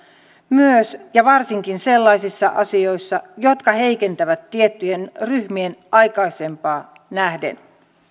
myös ja varsinkin sellaisissa asioissa jotka heikentävät tiettyjen ryhmien asemaa aikaisempaan nähden